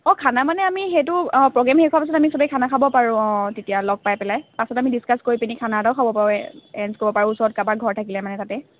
অঁ খানা মানে আমি সেইটো প্ৰ'গ্ৰেম শেষ হোৱাৰ পিছত আমি চবেই খানা খাব পাৰোঁ অঁ তেতিয়া লগ পাই পেলাই পাছত আমি ডিস্কাচ কৰি পিনে খানা এটাও খাব পাৰোঁ এৰেঞ্জ কৰিব পাৰোঁ ওচৰত মানে কাৰোবাৰ ঘৰ এটা থাকিলে মানে তাতে